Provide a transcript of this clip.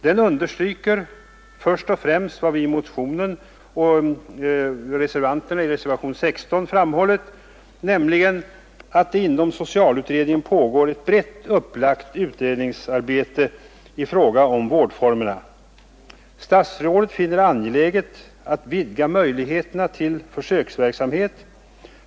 Den understryker först och främst vad motionärerna och reservanterna i reservationen 16 framhållit, nämligen att det inom socialutredningen pågår ett brett upplagt utredningsarbete i fråga om vårdformerna. Statsrådet finner det angeläget att vidga möjligheterna till försöksverksamhet.